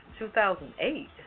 2008